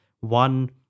one